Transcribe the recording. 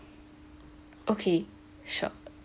okay sure